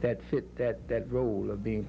that fit that that role of being